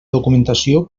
documentació